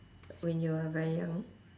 when you were very young